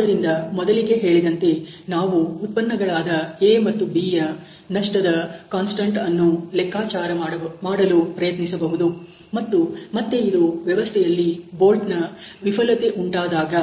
ಆದ್ದರಿಂದ ಮೊದಲಿಗೆ ಹೇಳಿದಂತೆ ನಾವು ಉತ್ಪನ್ನಗಳಾದ A ಮತ್ತು B ಯ ನಷ್ಟದ ಕಾನ್ಸ್ಟೆಂಟ್ ಅನ್ನು ಲೆಕ್ಕಚಾರ ಮಾಡಲು ಪ್ರಯತ್ನಿಸಬಹುದು ಮತ್ತು ಮತ್ತೆ ಇದು ವ್ಯವಸ್ಥೆಯಲ್ಲಿ ಬೋಲ್ಟ್ ವಿಫಲತೆ ಉಂಟಾದಾಗ